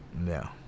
no